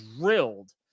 drilled